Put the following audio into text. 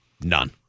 None